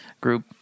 group